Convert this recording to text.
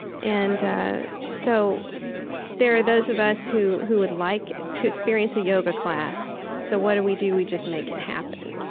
and so there are those of us who who would like to experience a yoga class, so what do we do? we just make it happen.